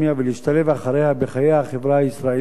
ולהשתלב אחר כך בחיי החברה הישראלית,